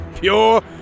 pure